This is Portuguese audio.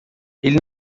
ele